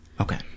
okay